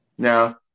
Now